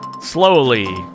slowly